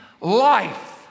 life